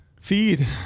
Feed